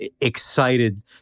excited